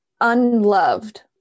unloved